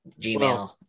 Gmail